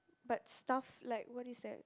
but stuff is like what is that